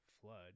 flood